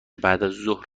بعدازظهر